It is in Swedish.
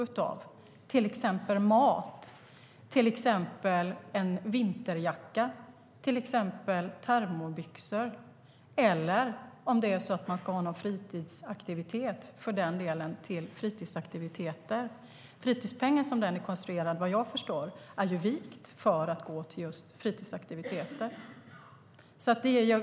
Det kan till exempel vara mat, en vinterjacka, termobyxor, eller om man ska ha någon fritidsaktivitet för den delen till fritidsaktiviteter. Fritidspengen som den är konstruerad, vad jag förstår, är vikt för att gå just till fritidsaktiviteter.